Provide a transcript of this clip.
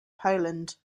poland